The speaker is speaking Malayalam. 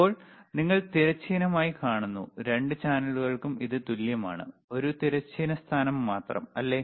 ഇപ്പോൾ നിങ്ങൾ തിരശ്ചീനമായി കാണുന്നു രണ്ട് ചാനലുകൾക്കും ഇത് തുല്യമാണ് ഒരു തിരശ്ചീന സ്ഥാനം മാത്രം അല്ലേ